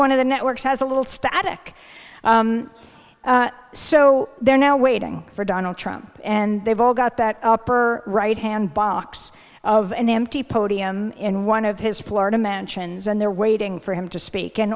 one of the networks has a little static so they're now waiting for donald trump and they've all got that upper right hand box of an empty podium in one of his florida mansions and they're waiting for him to speak and